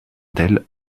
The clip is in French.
dell